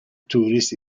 tourists